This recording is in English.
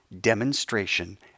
demonstration